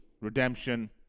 redemption